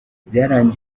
byarangiye